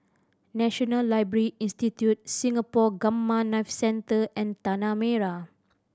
National Library Institute Singapore Gamma Knife Centre and Tanah Merah